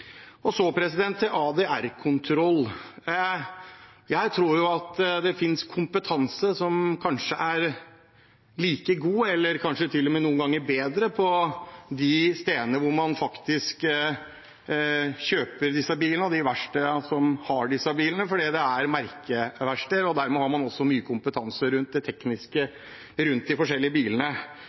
Så til ADR-kontroll: Jeg tror det finnes kompetanse som er like god eller kanskje til og med noen ganger bedre på de stedene hvor man faktisk kjøper disse bilene, og på de verkstedene som har disse bilene, for det er merkeverksteder, og dermed har man også mye kompetanse på det tekniske rundt de forskjellige bilene.